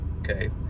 okay